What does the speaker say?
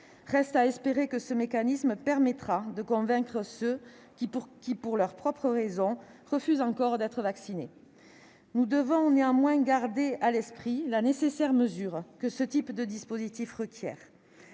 Reste à espérer que ce mécanisme permettra de convaincre ceux qui, pour des raisons qui leur sont propres, refusent encore d'être vaccinés. Nous devons néanmoins garder à l'esprit la nécessaire mesure que ce type de dispositif requiert.